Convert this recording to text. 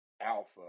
alpha